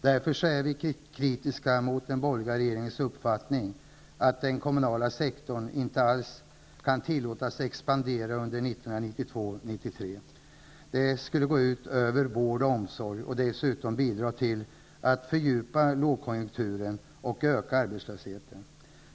Vi är därför kritiska mot den borgerliga regeringens uppfattning att den kommunala sektorn inte alls kan tillåtas expandera under 1992/93. Det skulle gå ut över vård och omsorg och dessutom bidra till att fördjupa lågkonjunkturen och öka arbetslösheten.